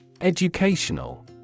Educational